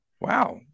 Wow